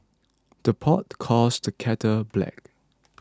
the pot calls the kettle black